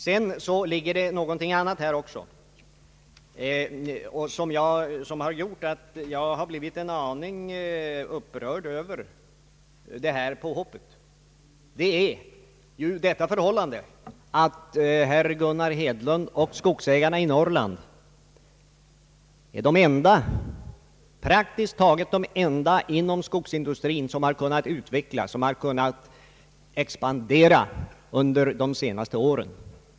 Sedan är det en annan sak som har gjort att jag blivit en aning upprörd över hans påhopp. Förhållandet är det att Gunnar Hedlund och skogsägarna i Norrland är praktiskt taget de enda inom skogslänen som har kunnat expandera sina företag under de senaste åren.